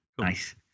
Nice